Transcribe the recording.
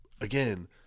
again